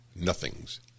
nothings